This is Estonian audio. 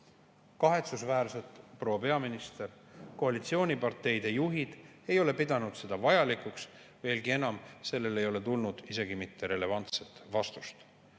Kahetsusväärselt, proua peaminister, koalitsiooniparteide juhid ei ole pidanud seda vajalikuks. Veelgi enam, sellele ei ole tulnud isegi mitte relevantset vastust.